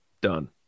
done